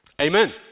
Amen